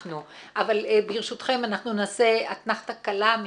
ברשותכם, נעשה אתנחתא קלה.